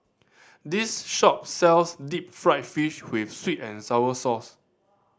this shop sells deep fried fish with sweet and sour sauce